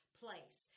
place